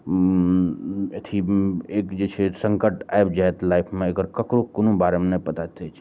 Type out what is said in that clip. अथी एक जे छै संकट आबि जायत लाइफमे एकर ककरो कोनो बारेमे नहि पता छै